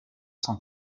cent